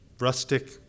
rustic